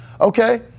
Okay